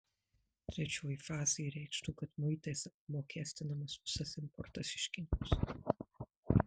trečioji fazė reikštų kad muitais apmokestinamas visas importas iš kinijos